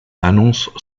annonce